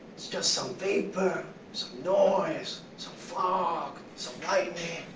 just some vapor, some noise, some fog, some lightning.